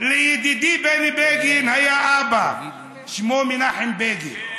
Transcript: לידידי בני בגין היה אבא, שמו מנחם בגין.